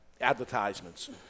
advertisements